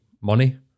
Money